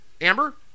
Amber